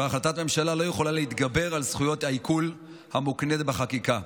שהרי החלטת ממשלה לא יכולה להתגבר על זכות העיקול המוקנית בחקיקה.